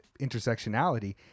intersectionality